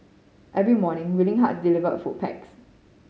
every morning Willing Heart deliver food packs